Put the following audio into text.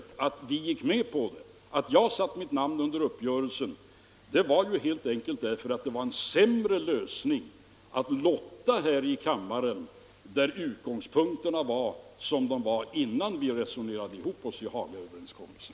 Anledningen till att vi gick med på den och att jag satte mitt namn under uppgörelsen var helt enkelt att det hade varit en sämre lösning att lotta här i kammaren mellan de förslag som fanns innan vi resonerade ihop oss i Hagaöverenskommelsen.